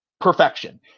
Perfection